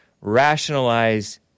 rationalize